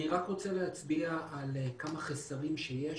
אני רק רוצה להצביע על כמה חסרים שיש